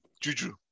Juju